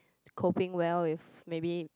coping well if maybe